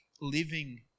living